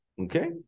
Okay